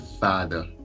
father